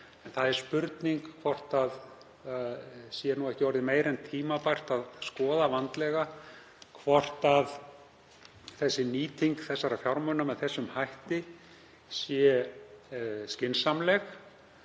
En það er spurning hvort það sé ekki orðið meira en tímabært að skoða vandlega hvort nýting þessara fjármuna með þeim hætti sé skynsamleg.